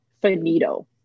finito